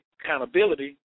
accountability